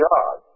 God